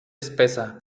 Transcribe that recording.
espesa